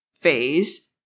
phase